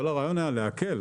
כל הרעיון היה להקל.